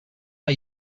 are